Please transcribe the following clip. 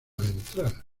ventral